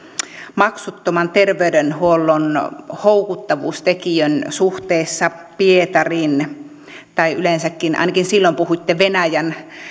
maksuttoman terveydenhuollon houkuttavuustekijän suhteessa pietariin tai yleensäkin ainakin silloin puhuitte venäjän